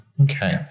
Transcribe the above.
Okay